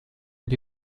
mit